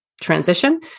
transition